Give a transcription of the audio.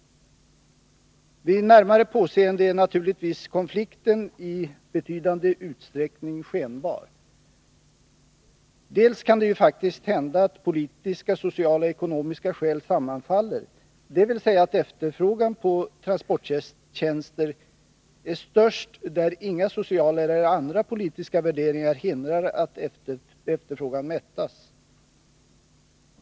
Vid närmare påseende är naturligtvis konflikten i betydande utsträckning skenbar. Dels kan det faktiskt hända att politiska, sociala och ekonomiska skäl sammanfaller, dvs. att efterfrågan på transporttjänster är störst där inga sociala eller andra politiska värderingar hindrar att efterfrågan mättas.